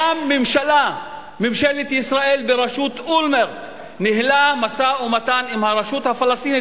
גם ממשלת ישראל בראשות אולמרט ניהלה משא-ומתן עם הרשות הפלסטינית,